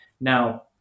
Now